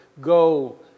go